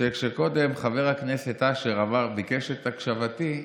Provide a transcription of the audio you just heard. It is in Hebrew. כשקודם חבר הכנסת אשר ביקש את הקשבתי,